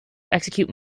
execute